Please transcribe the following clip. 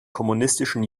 kommunistischen